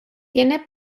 tiene